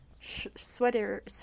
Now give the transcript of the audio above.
sweater